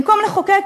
במקום לחוקק